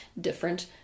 different